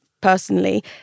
personally